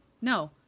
no